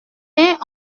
est